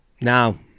Now